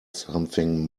something